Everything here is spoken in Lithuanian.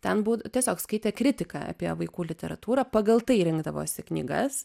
ten būd tiesiog skaitė kritiką apie vaikų literatūrą pagal tai rinkdavosi knygas